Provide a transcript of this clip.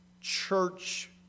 church